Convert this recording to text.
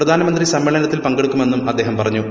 പ്രധാനമന്ത്രി സമ്മേളനത്തിൽ പങ്കെടുക്കുമെന്നും അദ്ദേഹം പറഞ്ഞു